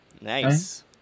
nice